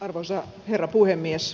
arvoisa herra puhemies